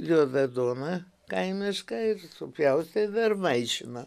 juodą duoną kaimišką supjaustė ir vaišina